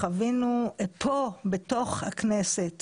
חווינו כאן בתוך הכנסת